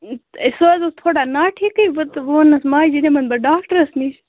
سُہ حظ اوس تھوڑا ناٹھیٖکٕے وۄنۍ تہٕ ووٚننَس ماجہِ یہِ نِمَن بہٕ ڈاکٹرس نِش